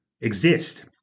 exist